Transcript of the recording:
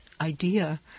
idea